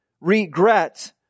regret